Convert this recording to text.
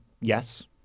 yes